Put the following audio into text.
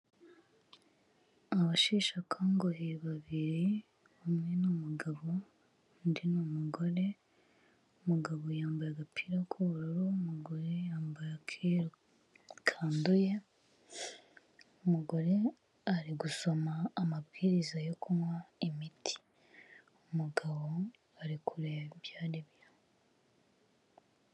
Abasheshakanguhe babiri umwe ni umugabo, undi ni umugore, umugabo yambaye agapira k'ubururu, umugore yambara akeru kanduye, umugore ari gusoma amabwiriza yo kunywa imiti, umugabo ari kureba ibyo ari byo.